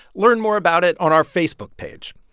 learn more about it on our facebook page.